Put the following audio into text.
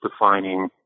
defining